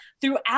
throughout